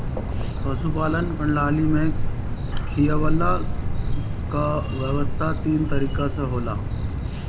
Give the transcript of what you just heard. पशुपालन प्रणाली में खियवला कअ व्यवस्था तीन तरीके से होला